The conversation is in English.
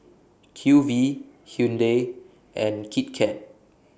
Q V Hyundai and Kit Kat